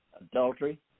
adultery